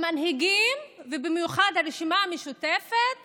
המנהיגים, ובמיוחד הרשימה המשותפת